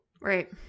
Right